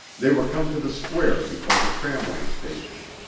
they were come to the square before the tramway station.